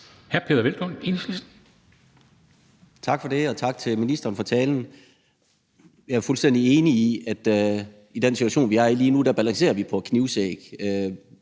13:34 Peder Hvelplund (EL): Tak for det, og tak til ministeren for talen. Enhedslisten er fuldstændig enige i, at i den situation, vi er i lige nu, balancerer vi på en knivsæg.